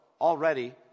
already